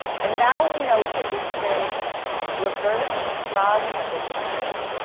and now we note that we can reverse the sum and the derivative.